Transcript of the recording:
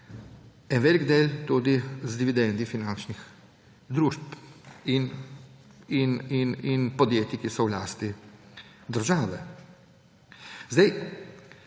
En velik del tudi z dividendami finančnih družb in podjetij, ki so v lasti države. Tukaj